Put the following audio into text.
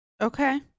Okay